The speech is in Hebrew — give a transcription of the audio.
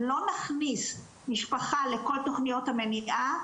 אם לא נכניס משפחה לכל תוכניות המניעה,